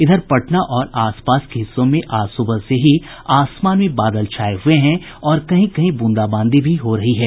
इधर पटना और आसपास के हिस्सों में आज सुबह से ही आसमान में बादल छाये हैं और कहीं कहीं ब्रंदाबांदी भी हो रही है